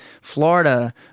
Florida